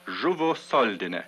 žuvo soldine